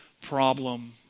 problem